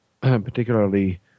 particularly